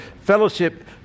Fellowship